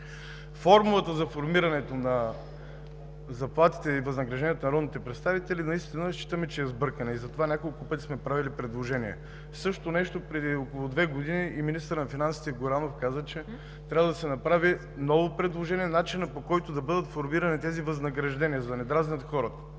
Формулата за формирането на заплатите и възнагражденията на народните представители наистина считаме, че е сбъркана, и затова няколко пъти сме правили предложения. Същото нещо – преди около две години, каза и министърът на финансите Горанов, че трябва да се направи ново предложение за начина, по който да бъдат формирани тези възнаграждения, за да не дразнят хората.